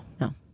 no